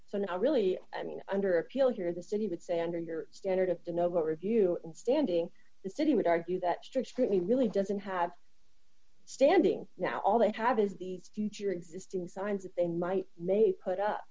so now really i mean under appeal here the city would say under your standard of the noble review standing the city would argue that strict scrutiny really doesn't have standing now all they have is the future existing signs that they might may put up